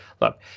Look